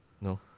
No